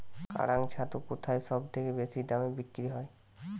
কাড়াং ছাতু কোথায় সবথেকে বেশি দামে বিক্রি হয়?